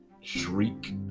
Shriek